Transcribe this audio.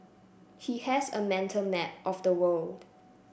he has a mental map of the world